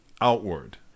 outward